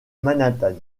manhattan